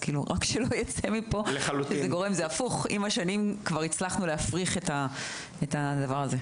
עם השנים כבר הצלחנו להפריך את הדבר הזה.